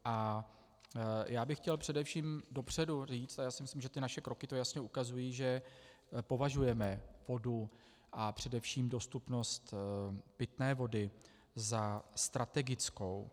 A chtěl bych především dopředu říct, a myslím, že naše kroky to jasně ukazují, že považujeme vodu a především dostupnost pitné vody za strategickou.